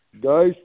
Guys